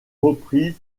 reprise